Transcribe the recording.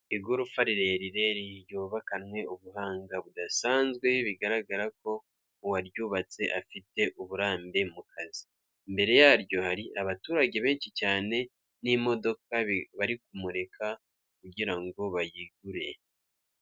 Igorofa rirerire ryubakanwe ubuhanga budasanzwe bigaragara ko uwaryubatse afite uburambe mu kazi, imbere yaryo hari abaturage benshi cyane n'imodoka bari kumurika kugirango bayigure.